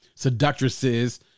seductresses